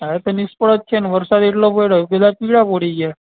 હવે તો નિષ્ફળ જ છે વરસાદ એટલો પડ્યો બધા પીળા પડી ગયા